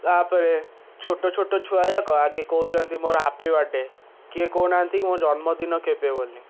ତା'ପରେ ପରେ ଛୋଟ ଛୋଟ ଛୁଆ ଯାକ ଆଗେ କହୁଛନ୍ତି ମୋର ହାପି ବାର୍ଥଡ଼େ କିଏ କହୁନାହାନ୍ତି କି ମୋ ଜନ୍ମଦିନ କେବେ ବୋଲି